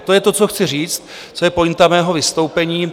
To je to, co chci říct, co je pointa mého vystoupení.